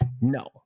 No